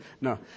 No